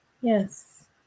yes